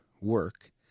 work